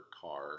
car